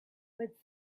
but